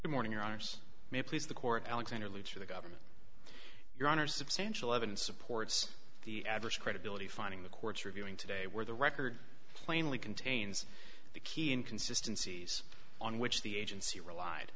the morning your arms may please the court alexander looter the government your honor substantial evidence supports the adverse credibility finding the court's reviewing today where the record plainly contains the key and consistencies on which the agency relied